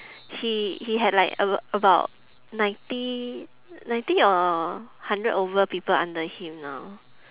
he he had like a~ about ninety ninety or hundred over people under him now